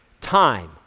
Time